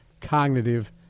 cognitive